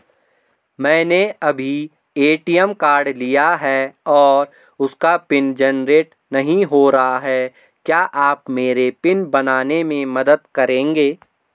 मैंने अभी ATM card लिया है और उसका पिन जेनरेट नहीं हो रहा है क्या आप मेरा पिन बनाने में मदद करेंगे?